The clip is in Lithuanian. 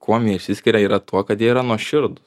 kuom jie išsiskiria yra tuo kad jie yra nuoširdūs